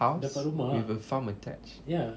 house with a farm attached